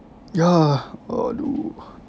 ya aduh